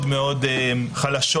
מאוד חלשות.